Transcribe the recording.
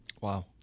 Wow